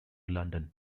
london